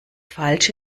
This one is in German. falsch